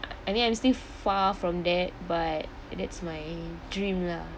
I mean I am still far from that but that's my dream lah